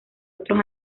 otros